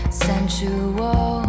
sensual